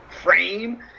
frame